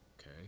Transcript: Okay